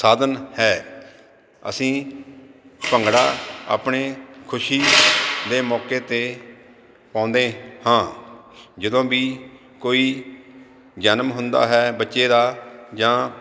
ਸਾਧਨ ਹੈ ਅਸੀਂ ਭੰਗੜਾ ਆਪਣੇ ਖੁਸ਼ੀ ਦੇ ਮੌਕੇ 'ਤੇ ਪਾਉਂਦੇ ਹਾਂ ਜਦੋਂ ਵੀ ਕੋਈ ਜਨਮ ਹੁੰਦਾ ਹੈ ਬੱਚੇ ਦਾ ਜਾਂ